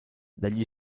degli